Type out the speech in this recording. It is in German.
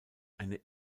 eine